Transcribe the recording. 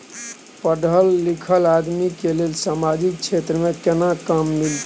पढल लीखल आदमी के लेल सामाजिक क्षेत्र में केना काम मिलते?